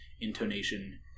intonation